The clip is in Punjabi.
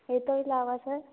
ਇਹ ਤੋਂ ਇਲਾਵਾ ਸਰ